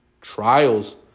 trials